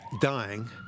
dying